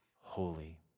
holy